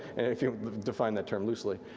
if you define that term loosely,